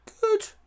good